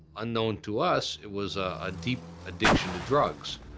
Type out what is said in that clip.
unknown to us, it was a a deep addiction to drugs.